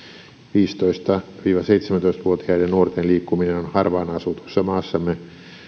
viisitoista viiva seitsemäntoista vuotiaiden nuorten liikkuminen on harvaan asutussa maassamme